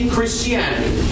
Christianity